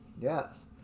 yes